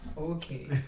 Okay